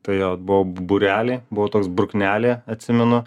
tai buvo būrelyje buvo toks bruknelė atsimenu